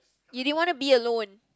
you didn't want to be alone